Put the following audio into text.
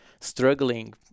struggling